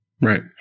Right